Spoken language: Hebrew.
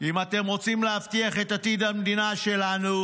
אם אתם רוצים להבטיח את עתיד המדינה שלנו,